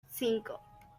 cinco